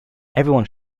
everyone